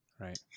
Right